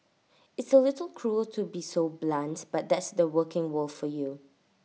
it's A little cruel to be so blunt but that's the working world for you